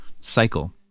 cycle